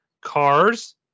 Cars